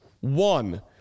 One